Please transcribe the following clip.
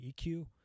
EQ